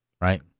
Right